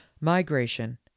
migration